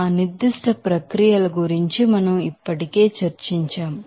ఆ నిర్దిష్ట ప్రక్రియల గురించి మనం ఇప్పటికే చర్చించాం